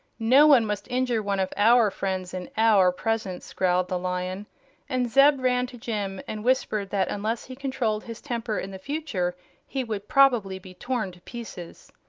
no one must injure one of our friends in our presence, growled the lion and zeb ran to jim and whispered that unless he controlled his temper in the future he would probably be torn to pieces.